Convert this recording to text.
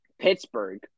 Pittsburgh